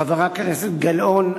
חברת הכנסת גלאון,